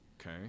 okay